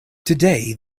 today